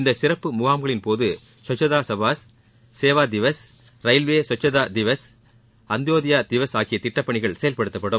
இந்த சிறப்பு முகாம்களின் போது ஸ்வச்சதா சபாஸ் சேவா திவாஸ் ரயில்வே ஸ்வச்சதா திவாஸ் அந்தோதியா திவாஸ் ஆகிய திட்டப்பணிகள் செயல்படுத்தப்படும்